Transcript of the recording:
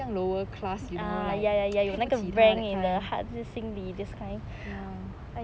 我这样 lower class you know 配不起他 that kind ya